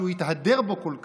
שהוא התהדר בו כל כך,